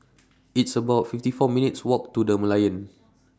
It's about fifty four minutes' Walk to The Merlion